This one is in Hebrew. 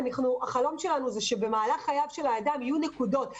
החלום שלנו הוא שבמהלך חייו של האדם יהיו נקודות,